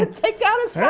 ah take down his yeah